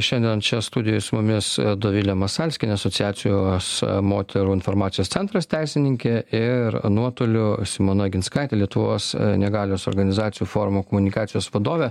šiandien čia studijoj su mumis dovilė masalskienė asociacijos moterų informacijos centras teisininkė ir nuotoliu simona aginskaitė lietuvos negalios organizacijų forumo komunikacijos vadovė